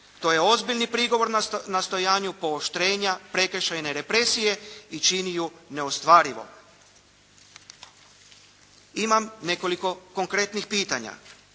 To je ozbiljan prigovor nastojanju pooštrenja prekršajne represije i čini ju neostvarivom. Imam nekoliko konkretnih pitanja.